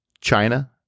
China